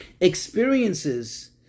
experiences